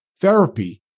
Therapy